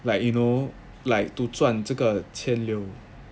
like you know like to 赚这个千六